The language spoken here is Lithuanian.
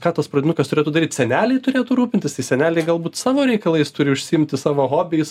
ką tas pradinukas turėtų daryt seneliai turėtų rūpintis tai seneliai galbūt savo reikalais turi užsiimti savo hobiais